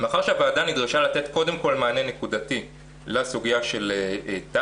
ומאחר והוועדה נדרשה לתת קודם כל מענה נקודתי לסוגיה של תע"ש,